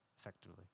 effectively